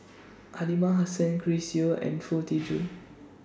Aliman Hassan Chris Yeo and Foo Tee Jun